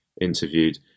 interviewed